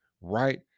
right